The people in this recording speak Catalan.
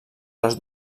les